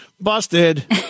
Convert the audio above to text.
Busted